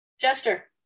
Jester